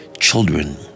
children